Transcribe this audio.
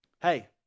Hey